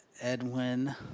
edwin